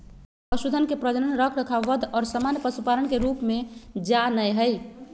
पशुधन के प्रजनन, रखरखाव, वध और सामान्य पशुपालन के रूप में जा नयय हइ